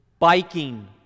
Biking